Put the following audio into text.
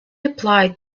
applied